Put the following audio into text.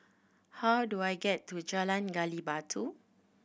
how do I get to Jalan Gali Batu